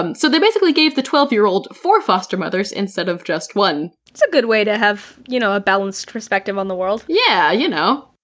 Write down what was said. um so they basically gave the twelve year old four foster mothers instead of just one v it's a good way to have you know, a balanced perspective on the world. yeah, you know,